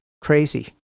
crazy